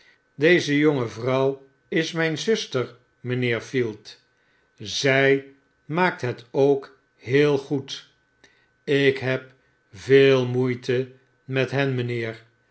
deze jonge vroiiw is myn zuster mynheer field zi maakt het ook heel goed ik heb veel moeite met hen mynheer